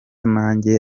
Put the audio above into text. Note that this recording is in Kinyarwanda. nanjye